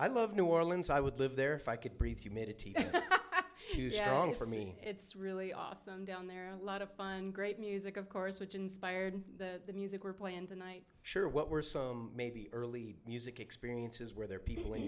i love new orleans i would live there if i could breathe humidity down for me it's really awesome down there a lot of fun great music of course which inspired the music we're playing tonight sure what were some maybe early music experiences where there are people in